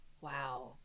Wow